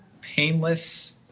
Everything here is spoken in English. painless